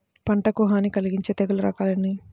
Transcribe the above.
పంటకు హాని కలిగించే తెగుళ్ళ రకాలు ఎన్ని?